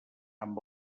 amb